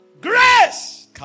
grace